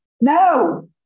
No